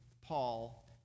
Paul